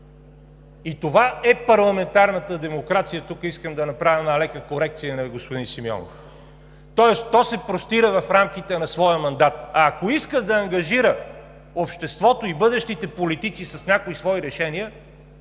и това е парламентарната демокрация. Тук искам да направя една лека корекция на господин Симеонов – тоест, то се простира в рамките на своя мандат, а ако иска да ангажира обществото и бъдещите политици с някои свои решения,